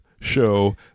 show